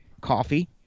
coffee